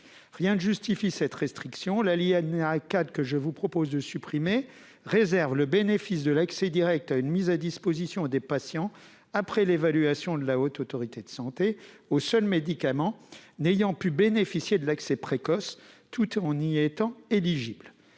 Rien ne justifie cette restriction : l'alinéa 4, que je vous propose de supprimer, réserve le bénéfice de l'accès direct à une mise à disposition des patients, après l'évaluation de la Haute Autorité de santé, aux seuls médicaments n'ayant pu bénéficier de l'accès précoce tout en y étant éligibles.